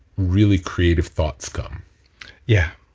really creative thoughts come yeah,